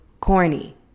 corny